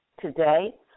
today